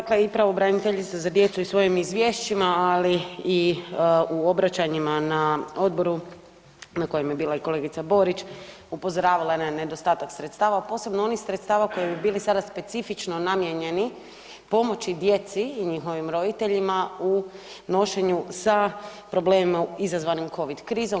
Dakle i pravobraniteljica za djecu u svojim izvješćima, ali i u obraćanjima na odboru na kojem je bila i kolegica Borić upozoravala je na nedostatak sredstava, posebno onih sredstava koji bi bili sada specifično namijenjeni pomoći djeci i njihovim roditeljima u nošenju sa problemima izazvanim Covid krizom.